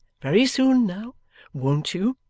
very soon now won't you